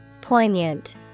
Poignant